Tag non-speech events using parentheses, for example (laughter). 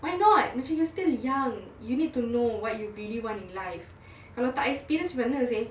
why not macam you're still young you need to know what you really want in life (breath) kalau tak experience macam mana seh